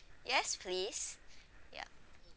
yes please ya